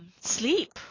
sleep